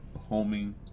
Homing